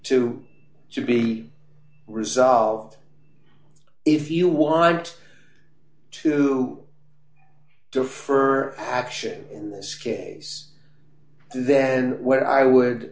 to to be resolved if you want to defer action in this case then what i would